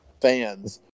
fans